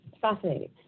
fascinating